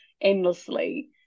endlessly